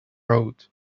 road